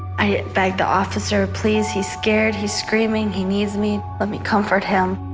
i begged the officer, please, he's scared, he's screaming, he needs me. let me comfort him.